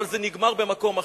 אבל זה נגמר במקום אחר.